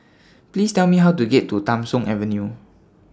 Please Tell Me How to get to Tham Soong Avenue